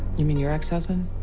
you mean your ex-husband?